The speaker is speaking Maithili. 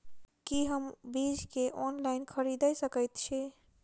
की हम बीज केँ ऑनलाइन खरीदै सकैत छी?